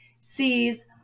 sees